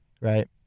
right